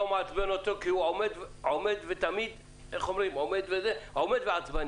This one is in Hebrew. מעצבן אותו כי הוא תמיד עומד ועצבני.